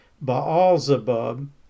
Baalzebub